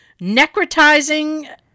necrotizing